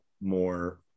more